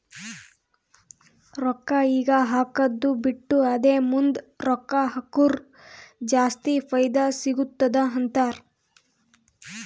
ರೊಕ್ಕಾ ಈಗ ಹಾಕ್ಕದು ಬಿಟ್ಟು ಅದೇ ಮುಂದ್ ರೊಕ್ಕಾ ಹಕುರ್ ಜಾಸ್ತಿ ಫೈದಾ ಸಿಗತ್ತುದ ಅಂತಾರ್